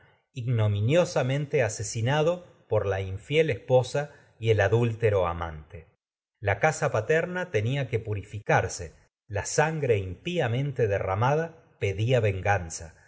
ignominiosamente asesinado fiel por la in esposa que y el adúltero la amante la casa paterna tenía purificarse pedía sangre y impíamente de lan rramada venganza